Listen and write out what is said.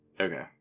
Okay